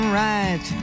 right